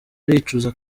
aricuza